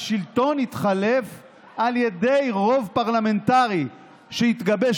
והשלטון התחלף על ידי רוב פרלמנטרי שהתגבש